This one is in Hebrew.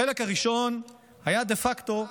החלק הראשון היה דה פקטו,